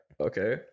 Okay